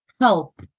help